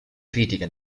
critiche